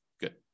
Good